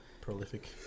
Prolific